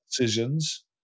decisions